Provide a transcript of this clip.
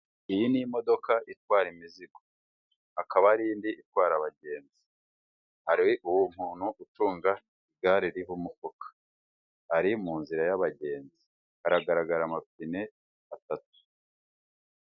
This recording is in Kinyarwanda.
Iyi ni imodoka itwara imizigo, hakaba hari indi itwara abagenzi, hari umuntu ucunga igare ririho umufuka, ari mu nzira y'abagenzi, hagaragara amapine atatu.